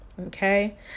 Okay